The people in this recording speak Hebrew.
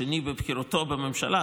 השני בבכירותו בממשלה,